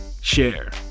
share